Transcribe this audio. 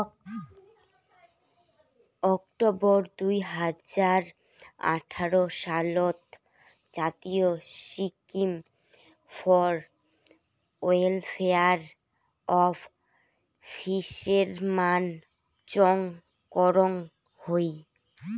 October দুই হাজার আঠারো সালত জাতীয় scheme for welfare of fishermen চং করং হই